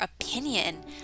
opinion